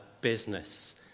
business